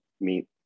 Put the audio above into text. meet